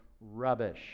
rubbish